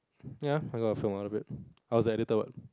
ya I got a film out of it I was the editor what